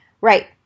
right